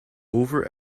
over